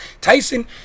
Tyson